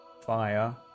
Fire